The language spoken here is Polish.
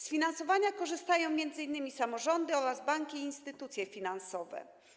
Z finansowania korzystają między innymi samorządy oraz banki i instytucje finansowe.